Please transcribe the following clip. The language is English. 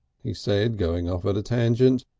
he said, going off at a tangent,